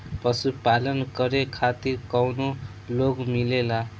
पशु पालन करे खातिर काउनो लोन मिलेला?